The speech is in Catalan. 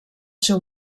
seu